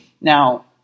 Now